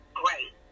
great